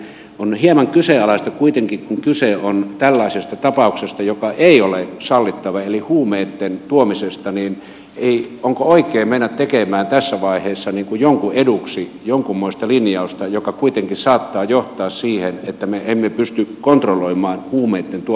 on hieman kyseenalaista kuitenkin kun kyse on tällaisesta tapauksesta joka ei ole sallittava eli huumeitten tuomisesta ja onko oikein mennä tekemään tässä vaiheessa niin kuin jonkun eduksi jonkunmoista linjausta joka kuitenkin saattaa johtaa siihen että me emme pysty kontrolloimaan huumeitten tuomista vankilaan